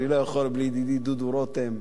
אני לא יכול בלי ידידי דודו רותם,